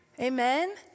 Amen